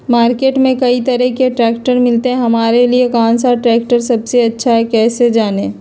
Market में कई तरह के ट्रैक्टर मिलते हैं हमारे लिए कौन सा ट्रैक्टर सबसे अच्छा है कैसे जाने?